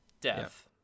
Death